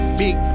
big